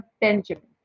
Benjamin